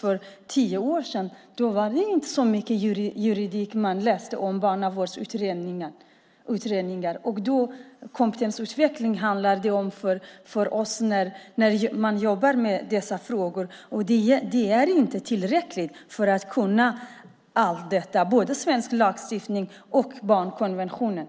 För tio år sedan läste man inte så mycket juridik när det gällde barnavårdsutredningar. Det handlar om kompetensutveckling för oss när man jobbar med dessa frågor. Det är inte tillräckligt för att man ska kunna allt detta, både svensk lagstiftning och barnkonventionen.